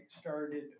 started